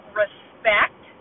respect